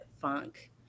funk